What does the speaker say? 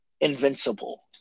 invincible